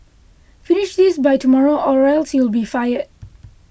finish this by tomorrow or else you'll be fired